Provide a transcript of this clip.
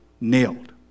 Nailed